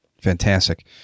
Fantastic